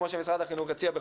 כמו שמשרד החינוך הציע,